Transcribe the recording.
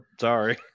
Sorry